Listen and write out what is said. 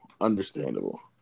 Understandable